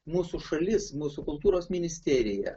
mūsų šalis mūsų kultūros ministerija